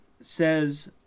Says